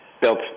built